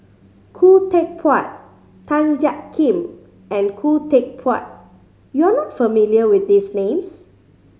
Khoo Teck Puat Tan Jiak Kim and Khoo Teck Puat you are not familiar with these names